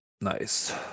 Nice